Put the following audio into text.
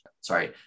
sorry